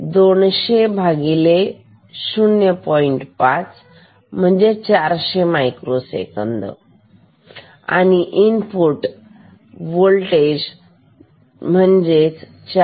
5 400μ sec input 400 sec x 5